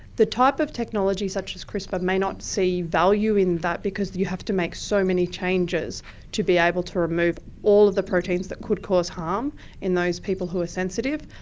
the type of technologies such as crispr may not see value in that because you have to make so many changes to be able to remove all of the proteins that could cause harm in those people who are sensitive.